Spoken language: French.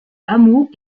hameau